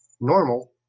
normal